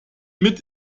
mit